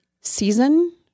season